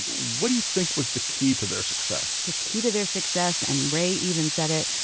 what do you think was the key to their success? the key to their success, and ray even said it,